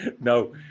no